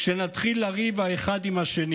שנתחיל לריב האחד עם השני.